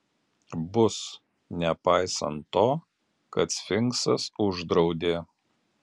bus nepaisant to kad sfinksas uždraudė